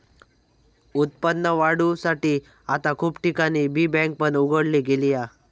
उत्पन्न वाढवुसाठी आता खूप ठिकाणी बी बँक पण उघडली गेली हा